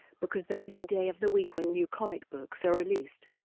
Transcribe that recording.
because that is the day of the week when new comic books are released.